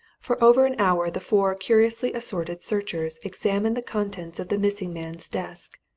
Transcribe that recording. for over an hour the four curiously assorted searchers examined the contents of the missing man's desk,